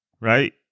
right